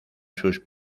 sus